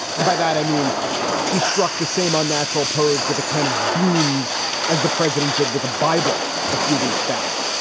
and by that, i mean she's struck the same unnatural pose with a can of beans as the president did with a bible a few weeks back.